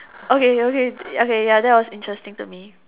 okay okay okay okay ya that was interesting to me